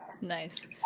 Nice